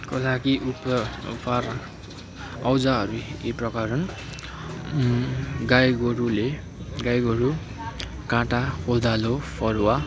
गाई गोरुले गाई गोरु काँटा कोदालो फरुवा